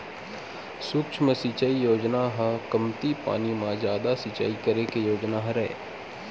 सुक्ष्म सिचई योजना ह कमती पानी म जादा सिचई करे के योजना हरय